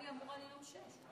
אני אמורה לנאום שש.